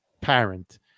parent